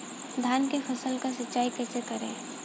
धान के फसल का सिंचाई कैसे करे?